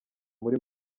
muri